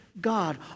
God